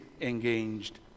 engaged